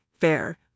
Fair